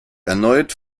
erneut